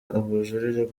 ubujurire